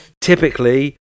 typically